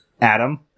Adam